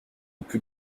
plus